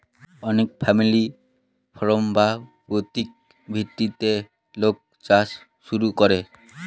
অনেক family farm বা পৈতৃক ভিটেতে লোক চাষ শুরু করে